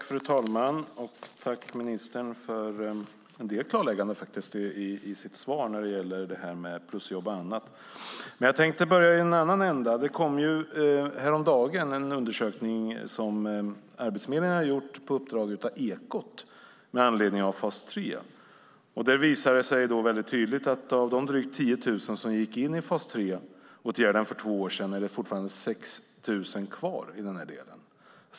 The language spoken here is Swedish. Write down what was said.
Fru talman! Tack, ministern, för en del klarlägganden när det gäller det här med plusjobb och annat! Men jag tänkte börja i en annan ända. Det kom häromdagen en undersökning som Arbetsförmedlingen hade gjort på uppdrag av Ekot med anledning av fas 3. Det visade sig tydligt att av de drygt 10 000 som gick in i fas 3-åtgärden för två år sedan är 6 000 fortfarande kvar.